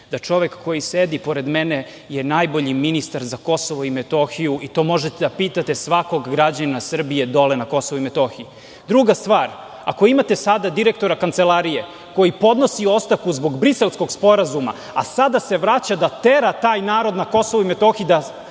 da čovek koji sedi pored mene je najbolji ministar za Kosovo i Metohiju i to možete da pitate svakog građanina Srbije dole na Kosovu i Metohiji. Druga stvar, ako imate sada direktora Kancelarije koji podnosi ostavku zbog Briselskog sporazuma, a sada se vraća da tera taj narod na Kosovu i Metohiji,